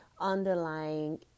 underlying